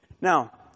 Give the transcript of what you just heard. Now